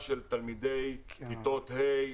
לקיחת תלמידי כיתות ה',